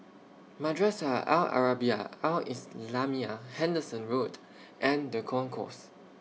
Madrasah Al Arabiah Al Islamiah Henderson Road and The Concourse